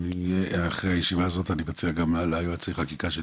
ואחרי הישיבה אני מציע גם ליועצי החקיקה שלי